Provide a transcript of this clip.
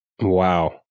Wow